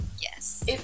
yes